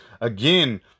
again